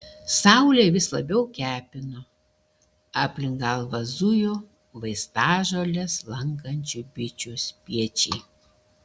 saulė vis labiau kepino aplink galvą zujo vaistažoles lankančių bičių spiečiai